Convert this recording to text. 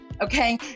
okay